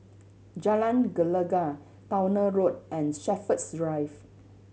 Jalan Gelegar Towner Road and Shepherds Drive